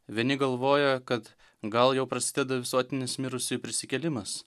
vieni galvoja kad gal jau prasideda visuotinis mirusiųjų prisikėlimas